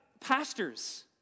pastors